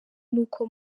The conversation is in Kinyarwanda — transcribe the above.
n’uko